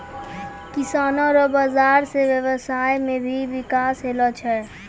किसानो रो बाजार से व्यबसाय मे भी बिकास होलो छै